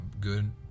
good